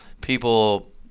people